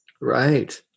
Right